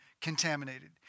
contaminated